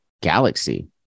galaxy